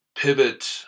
Pivot